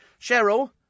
Cheryl